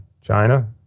china